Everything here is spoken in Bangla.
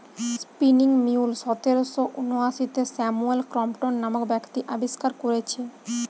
স্পিনিং মিউল সতেরশ ঊনআশিতে স্যামুয়েল ক্রম্পটন নামক ব্যক্তি আবিষ্কার কোরেছে